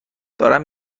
دارم